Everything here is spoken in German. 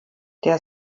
der